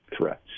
threats